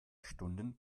stunden